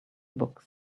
books